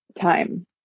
Time